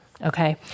Okay